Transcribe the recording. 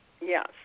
Yes